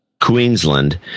Queensland